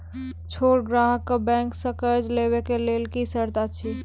छोट ग्राहक कअ बैंक सऽ कर्ज लेवाक लेल की सर्त अछि?